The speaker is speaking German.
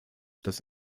das